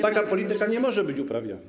Taka polityka nie może być uprawiana.